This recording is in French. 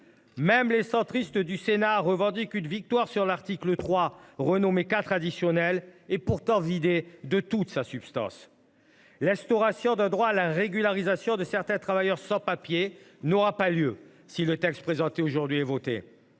Même les centristes du Sénat revendiquent une victoire sur l’article 3, renommé article 4 et vidé de toute sa substance. L’instauration d’un droit à la régularisation de certains travailleurs sans papiers n’aura pas lieu si le texte qui nous est présenté aujourd’hui est voté.